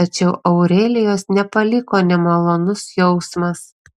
tačiau aurelijos nepaliko nemalonus jausmas